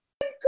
good